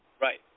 Right